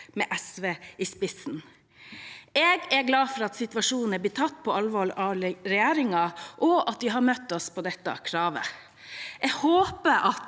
med SV i spissen. Jeg er glad for at situasjonen er blitt tatt på alvor av regjeringen, og at de har møtt oss på dette kravet. Jeg håper at